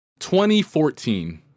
2014